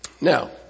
Now